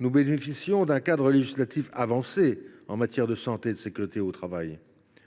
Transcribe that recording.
nous bénéficions d’un cadre législatif avancé en matière de santé et de sécurité au travail.